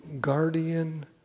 guardian